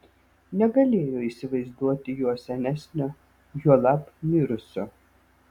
negalėjo įsivaizduoti jo senesnio juolab mirusio